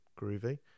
groovy